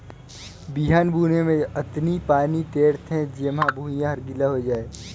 बिहन बुने मे अतनी पानी टेंड़ थें जेम्हा भुइयां हर गिला होए जाये